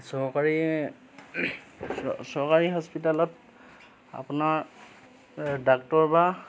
চৰকাৰী চৰকাৰী হস্পিতেলত আপোনাৰ ডাক্টৰ বা